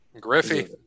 Griffey